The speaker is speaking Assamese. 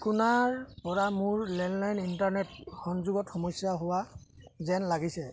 টিকোনাৰপৰা মোৰ লেণ্ডলাইন ইণ্টাৰনেট সংযোগত সমস্যা হোৱা যেন লাগিছে